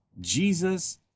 Jesus